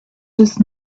just